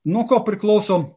nuo ko priklauso